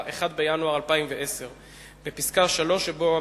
ב-1 בינואר 2010. בפסקה (3) שבו,